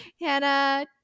hannah